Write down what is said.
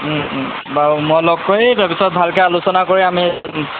বাৰু মই লগ কৰি তাৰপিছত ভালকৈ আলোচনা কৰি আমি